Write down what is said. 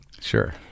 Sure